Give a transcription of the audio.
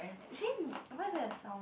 actually where's that sound